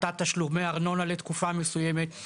הפחתת תשלומי ארנונה לתקופה מסוימת,